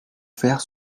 faire